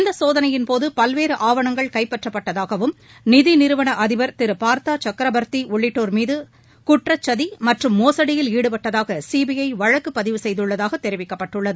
இச்சோதனையின் போது பல்வேறு ஆவணங்கள் கைப்பற்ற ப்பட்டதாகவம் ்நி திநி றுவன் அதிபர் திரு பொர்தா சக்கரபர்த்தி உள்ளிட்டோர் மீது குற்றக்கதி மீறு மீ மோசடியில் ஈடுபட்டதாக சிபிஐ வழக்கு பதிவ செய்துள்ளதாக தெரிவிக்கப்பட்டுள்ளது